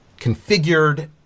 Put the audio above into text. configured